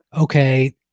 okay